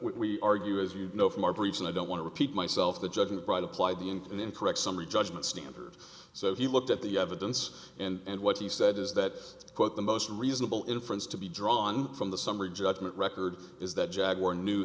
we argue as you know from our briefs and i don't want to repeat myself the judge brought apply the in an incorrect summary judgment standard so he looked at the evidence and what he said is that quote the most reasonable inference to be drawn from the summary judgment record is that jaguar knew